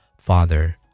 Father